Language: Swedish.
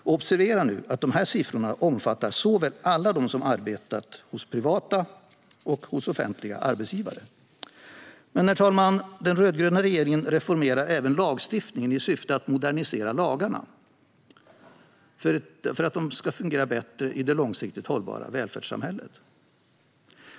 Observera att dessa siffror omfattar alla som arbetar hos såväl privata som offentliga arbetsgivare. Men, herr talman, den rödgröna regeringen reformerar även lagstiftningen genom att modernisera lagarna så att de ska fungera bättre i det långsiktigt hållbara välfärdssamhället.